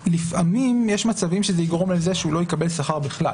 לפעמים יש מצבים שזה יגרום לזה שהוא לא יקבל שכר בכלל.